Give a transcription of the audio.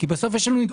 כי יש לנו אינטרס.